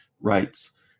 rights